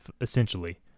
essentially